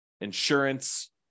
insurance